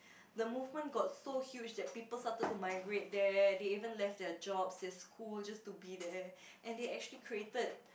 the movement got so huge that people started to migrate there they even left their jobs their school just to be there and they actually created